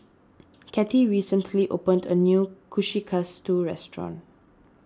Kathy recently opened a new Kushikatsu restaurant